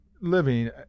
living